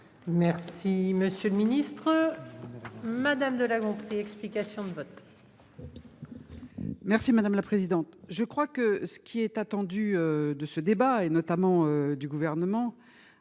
Merci monsieur le ministre. Madame de La Gontrie. Explications de vote.